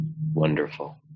wonderful